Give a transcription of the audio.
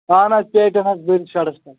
اہَن حظ پیٹہِ ہَتھ بٔرِتھ شَڈَس تَل